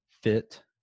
fit